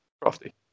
Crafty